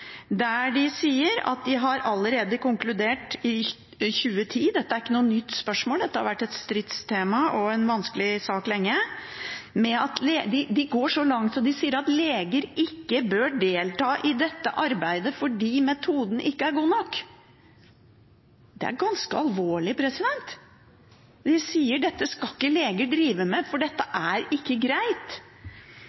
der de sier at de allerede i 2010 konkluderte – dette er ikke noe nytt spørsmål, det har vært et stridstema og en vanskelig sak lenge – og at de går så langt at de sier at leger ikke bør delta i dette arbeidet fordi metoden ikke er god nok. Det er ganske alvorlig. De sier at dette skal ikke leger drive med, for